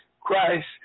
Christ